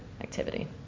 activity